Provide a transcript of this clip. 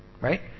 Right